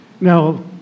Now